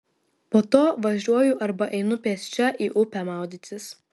po to važiuoju arba einu pėsčia į upę maudytis